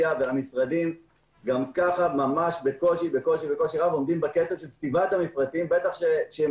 המשרדים גם כך בקושי רב עומדים בקצב של כתיבת המפרטים ובטח הם